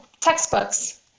textbooks